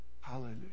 Hallelujah